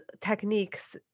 techniques